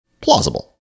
plausible